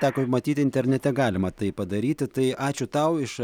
teko matyti internete galima tai padaryti tai ačiū tau iš